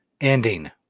ending